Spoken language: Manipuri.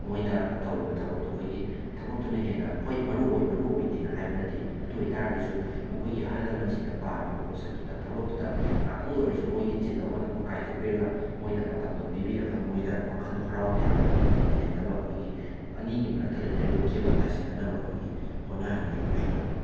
ꯃꯣꯏꯅ ꯇꯧꯔꯤꯕ ꯊꯕꯛꯇꯣ ꯑꯩꯈꯣꯏꯒꯤ ꯊꯕꯛꯇꯨꯅ ꯍꯦꯟꯅ ꯍꯣꯏ ꯃꯔꯨ ꯑꯣꯏ ꯃꯔꯨ ꯑꯣꯏꯗꯦꯅ ꯍꯥꯏꯕ ꯅꯠꯇꯦ ꯑꯗꯨ ꯑꯣꯏꯕ ꯇꯥꯔꯒꯁꯨ ꯃꯈꯣꯏꯒꯤ ꯑꯍꯜ ꯂꯃꯟꯁꯤꯡꯅ ꯄꯥꯝꯃꯤꯕ ꯄꯣꯠꯁꯛꯇꯨꯗ ꯊꯕꯛꯇꯨꯗ ꯉꯥꯏꯍꯥꯛꯇꯪꯗ ꯑꯣꯏꯔꯁꯨ ꯃꯣꯏꯒꯤ ꯆꯤꯜꯂꯕ ꯃꯇꯝꯗꯣ ꯀꯥꯏꯊꯣꯛꯄꯤꯔꯒ ꯃꯣꯏꯗ ꯃꯇꯝꯗꯣ ꯄꯤꯕꯤꯔꯒ ꯃꯣꯏꯗ ꯋꯥꯈꯜꯗꯣ ꯍꯔꯥꯎ ꯇꯌꯥꯝꯅ ꯂꯩꯍꯟꯅꯕ ꯑꯩꯈꯣꯏꯒꯤ ꯑꯅꯤꯒꯤ ꯃꯔꯛꯇ ꯂꯩꯅꯔꯤꯕ ꯒꯦꯞꯇꯣ ꯇꯥꯏꯁꯤꯟꯅꯅꯕ ꯑꯩꯈꯣꯏꯒꯤ ꯍꯣꯠꯅꯍꯅꯤꯡꯉꯦꯅ ꯍꯥꯏꯇꯥꯔꯦ